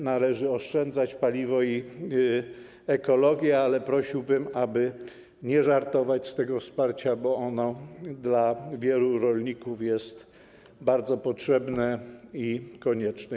Należy oszczędzać paliwo i myśleć o ekologii, ale prosiłbym, aby nie żartować z tego wsparcia, bo ono dla wielu rolników jest bardzo potrzebne i konieczne.